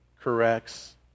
corrects